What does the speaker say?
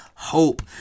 hope